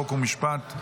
חוק ומשפט.